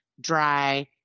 dry